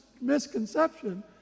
misconception